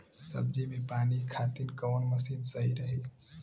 सब्जी में पानी खातिन कवन मशीन सही रही?